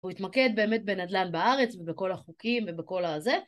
הוא התמקד באמת בנדל"ן בארץ, ובכל החוקים ובכל הזה.